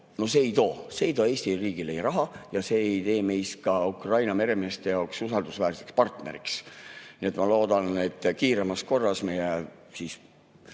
oma elu. No see ei too Eesti riigile raha ja see ei tee meid ka Ukraina meremeeste jaoks usaldusväärseks partneriks. Nii et ma loodan, et kiiremas korras Annely